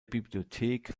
bibliothek